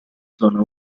zona